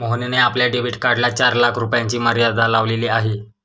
मोहनने आपल्या डेबिट कार्डला चार लाख रुपयांची मर्यादा लावलेली आहे